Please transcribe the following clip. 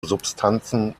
substanzen